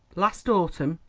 last autumn,